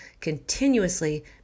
continuously